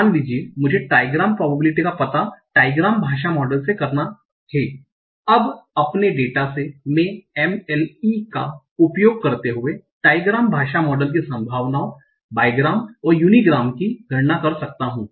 मान लीजिए मुझे ट्राइग्राम प्रॉबबिलिटि का पता ट्राइग्राम भाषा मॉडल से करना चाहता हू अब अपने डेटा से मैं MLE का उपयोग करते हुए ट्राइग्राम भाषा मॉडल की संभावनाओं बाइग्राम्स और यूग्रीग्राम की गणना कर सकता हूं